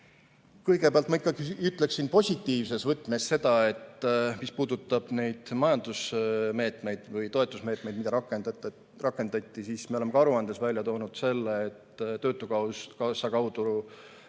Kõigepealt, ma ikkagi ütleksin positiivses võtmes seda, mis puudutab neid majandusmeetmeid või toetusmeetmeid, mida rakendati. Me oleme ka aruandes välja toonud selle, et töötukassa kaudu